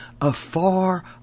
afar